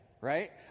right